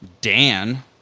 Dan